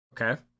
Okay